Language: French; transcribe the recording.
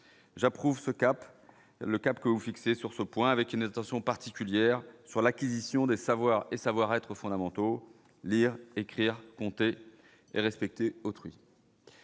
j'approuve ce cap, le cap que vous fixez sur ce point avec une attention particulière sur l'acquisition des savoirs et savoir-être fondamentaux, lire, écrire, compter et respecter autrui.